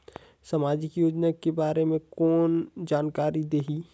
समाजिक योजना के बारे मे कोन जानकारी देही?